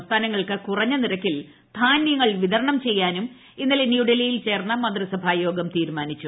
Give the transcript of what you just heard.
സംസ്ഥാനങ്ങൾക്ക് കുറഞ്ഞ നിരക്കിൽ ധാനൃങ്ങൾ വിതരണം ചെയ്യാനും ഇന്നലെ ന്യൂഡൽഹിയിൽ ചേർന്ന മന്ത്രിസഭായോഗം തീരുമാനിച്ചു